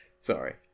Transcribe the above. sorry